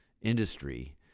industry